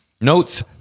Notes